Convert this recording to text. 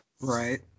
Right